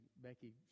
Becky